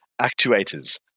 actuators